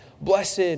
Blessed